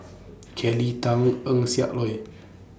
Kelly Tang Eng Siak Loy